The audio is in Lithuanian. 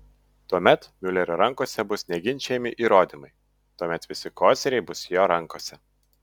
tuomet miulerio rankose bus neginčijami įrodymai tuomet visi koziriai bus jo rankose